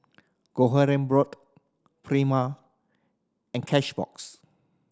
Kronenbourg Prima and Cashbox